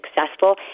successful